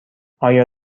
آیا